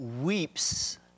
weeps